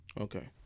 Okay